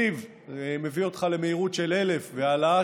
סיב מביא אותך למהירות של 1,000 והעלאה